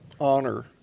honor